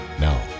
Now